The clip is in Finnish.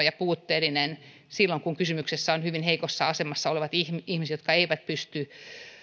ja puutteellinen silloin kun kysymyksessä ovat hyvin heikossa asemassa olevat ihmiset jotka eivät pysty